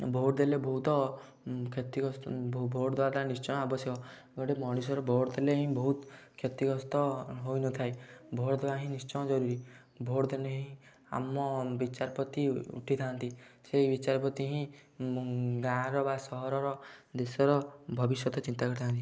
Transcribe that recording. vote ଦେଲେ ବହୁତ କ୍ଷତିଗ୍ରସ୍ତ ଭୋଟ୍ ଦେବାଟା ନିଶ୍ଚୟ ଆବଶ୍ୟକ ଗୋଟେ ମଣିଷର ଭୋଟ୍ ଥିଲେ ହିଁ ବହୁତ କ୍ଷତିଗ୍ରସ୍ତ ହୋଇନଥାଏ ଭୋଟ୍ ଦେବାହିଁ ନିଶ୍ଚୟ ଜରୁରୀ ଭୋଟ୍ ଦେଲେହିଁ ଆମ ବିଚାରପତି ଉଠିଥାଆନ୍ତି ସେଇ ବିଚାରପତି ହିଁ ଗାଁର ବା ସହରର ଦେଶର ଭବିଷ୍ୟତ ଚିନ୍ତା କରିଥାନ୍ତି